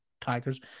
Tigers